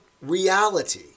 reality